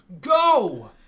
go